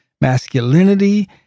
masculinity